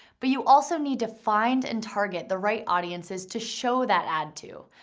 but you also need to find and target the right audiences to show that ad to.